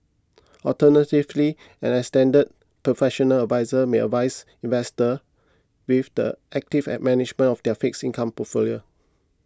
alternatively an extended professional adviser may advice investors with the active at management of their fixed income portfolios